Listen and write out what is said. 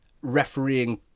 refereeing